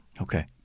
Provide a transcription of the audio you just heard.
Okay